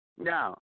Now